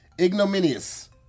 Ignominious